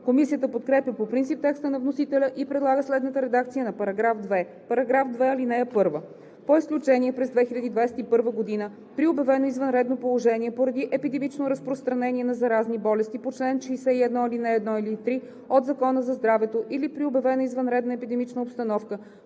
Комисията подкрепя по принцип текста на вносителя и предлага следната редакция на § 2: „§ 2. (1) По изключение през 2021 г. при обявено извънредно положение поради епидемично разпространение на заразни болести по чл. 61, ал. 1 или 3 от Закона за здравето или при обявена извънредна епидемична обстановка